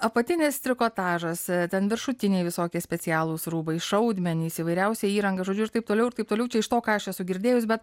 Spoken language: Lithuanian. apatinis trikotažas ten viršutiniai visokie specialūs rūbai šaudmenys įvairiausia įranga žodžiu ir taip toliau ir taip toliau čia iš to ką aš esu girdėjus bet